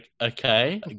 okay